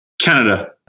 Canada